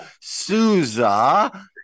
Souza